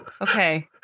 Okay